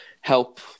help